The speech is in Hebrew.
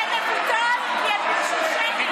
זה מבוטל, כי ביקשו שמית,